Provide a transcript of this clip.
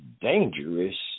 dangerous